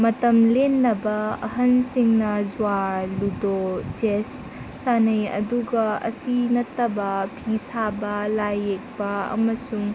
ꯃꯇꯝ ꯂꯦꯟꯅꯕ ꯑꯍꯟꯁꯤꯡꯅ ꯖꯨꯋꯥꯔ ꯂꯨꯗꯣ ꯆꯦꯁ ꯁꯥꯟꯅꯩ ꯑꯗꯨꯒ ꯑꯁꯤ ꯅꯠꯇꯕ ꯐꯤ ꯁꯥꯕ ꯂꯥꯏ ꯌꯦꯛꯄ ꯑꯃꯁꯨꯡ